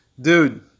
Dude